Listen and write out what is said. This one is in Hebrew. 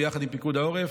ביחד עם פיקוד העורף,